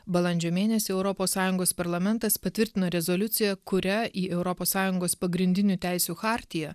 balandžio mėnesį europos sąjungos parlamentas patvirtino rezoliuciją kuria į europos sąjungos pagrindinių teisių chartiją